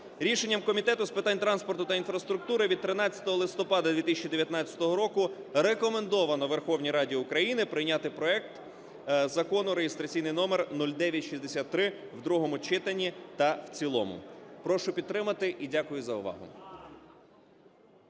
Рішенням комітету з питань транспорту та інфраструктури від 13 листопада 2019 року рекомендовано Верховній Раді України прийняти проект Закону (реєстраційний номер 0963) в другому читанні та в цілому. Прошу підтримати і дякую за увагу.